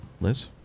Liz